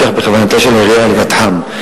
ובכך בכוונתה של העירייה לבטחם.